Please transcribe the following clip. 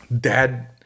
Dad